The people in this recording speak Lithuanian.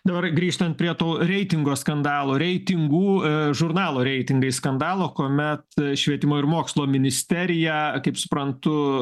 dabar grįžtant prie tų reitingo skandalo reitingų žurnalo reitingai skandalo kuomet švietimo ir mokslo ministerija kaip suprantu